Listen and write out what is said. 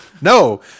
No